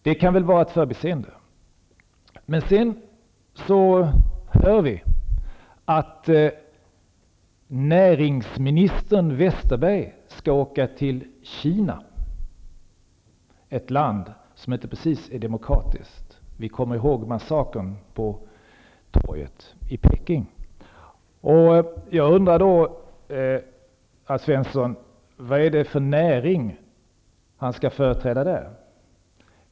Det kan ha varit ett förbiseende. Sedan hör vi att näringsministern Westerberg skall åka till Kina -- ett land som inte precis är demokratiskt. Vi kommer ihåg massakern på torget i Peking. Jag undrar då, Alf Svensson: Vad är det för näring som han skall företräda där?